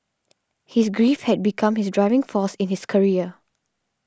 his grief had become his driving force in his career